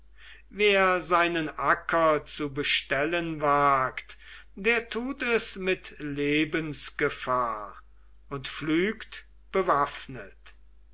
wer seinen acker zu bestellen wagt der tut es mit lebensgefahr und pflügt bewaffnet